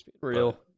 real